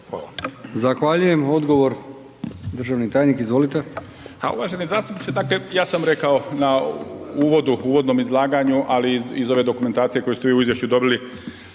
Hvala.